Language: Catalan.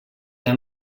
han